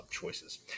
choices